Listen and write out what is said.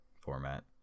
format